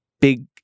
big